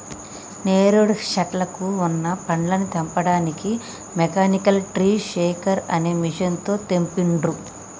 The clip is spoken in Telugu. నేరేడు శెట్లకు వున్న పండ్లని తెంపడానికి మెకానికల్ ట్రీ షేకర్ అనే మెషిన్ తో తెంపిండ్రు